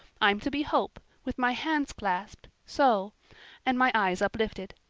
i'm to be hope, with my hands clasped so and my eyes uplifted.